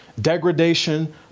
degradation